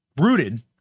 rooted